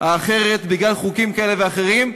האחרת בגלל חוקים כאלה ואחרים,